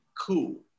cool